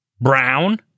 brown